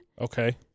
Okay